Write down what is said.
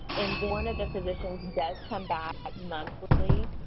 and then one of the physicians does come back monthly.